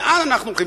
לאן אנחנו הולכים?